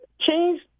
Change